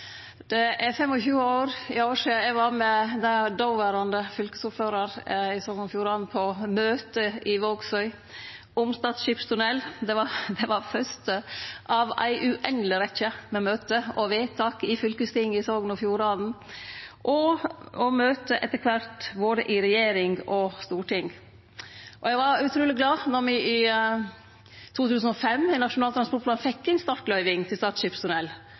år sidan eg var med dåverande fylkesordførar i Sogn og Fjordane på møte, i Vågsøy, om Stad skipstunnel. Det var det fyrste av ei uendeleg rekkje med møte og vedtak i fylkestinget i Sogn og Fjordane, og etter kvart i både regjering og storting. Eg var utruleg glad då me i 2005, i Nasjonal transportplan, fekk inn startløyving til